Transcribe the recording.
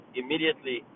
immediately